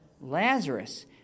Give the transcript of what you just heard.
Lazarus